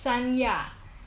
厦门